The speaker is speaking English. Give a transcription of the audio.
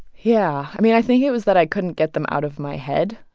yeah. i mean, i think it was that i couldn't get them out of my head.